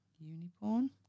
Unicorn